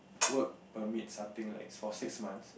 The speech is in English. work permit something like it's for six months